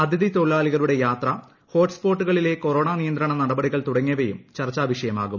അതിഥി തൊഴിലാളികളുടെ യാത്ര ഹോട്ട്സ്പോട്ടുകളിലെ കൊറോണ നിയന്ത്രണ നടപടികൾ തുടങ്ങിയവയും പ്രെർച്ചാ വിഷയമാകും